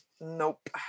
Nope